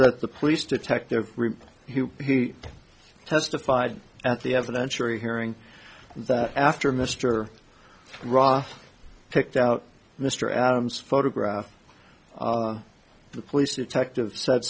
that the police detective testified at the evidence you're hearing that after mr ross picked out mr adams photograph the police detective said